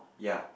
ya